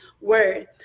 word